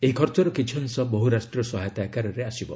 ଏହି ଖର୍ଚ୍ଚର କିଛି ଅଂଶ ବହୁରାଷ୍ଟ୍ରୀୟ ସହାୟତା ଆକାରରେ ଆସିବ